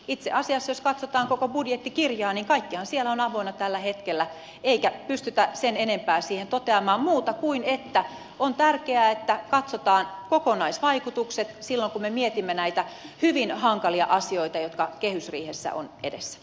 itse asiassa jos katsotaan koko budjettikirjaa niin kaikkihan siellä on avoinna tällä hetkellä eikä pystytä sen enempää siihen toteamaan kuin että on tärkeää että katsotaan kokonaisvaikutukset silloin kun me mietimme näitä hyvin hankalia asioita jotka kehysriihessä ovat edessä